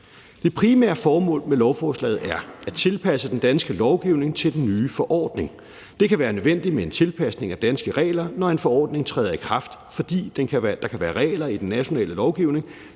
Det primære formål med lovforslaget er at tilpasse den danske lovgivning til den nye forordning. Det kan være nødvendigt med en tilpasning af danske regler, når en forordning træder i kraft, fordi der kan være regler i den nationale lovgivning,